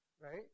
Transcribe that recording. right